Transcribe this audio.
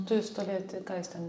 turi stovėti ką jis ten